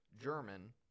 German